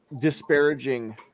disparaging